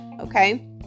okay